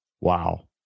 Wow